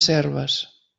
serves